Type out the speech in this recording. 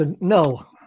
No